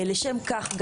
לשם כך,